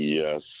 Yes